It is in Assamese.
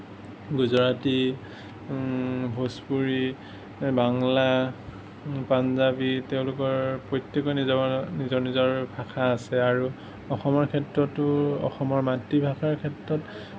গুজৰাটী ভোজপুৰি বাংলা পাঞ্জাৱী তেওঁলোকৰ প্ৰত্যেকৰ নিজৰ নিজৰ নিজৰ ভাষা আছে আৰু অসমৰ ক্ষেত্ৰতো অসমৰ মাতৃভাষাৰ ক্ষেত্ৰত